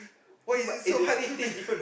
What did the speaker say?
why is it so hard to just